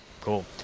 cool